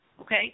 okay